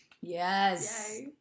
Yes